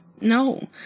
no